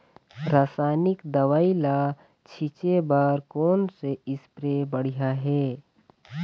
रासायनिक दवई ला छिचे बर कोन से स्प्रे बढ़िया हे?